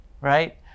right